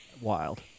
Wild